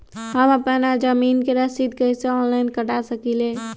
हम अपना जमीन के रसीद कईसे ऑनलाइन कटा सकिले?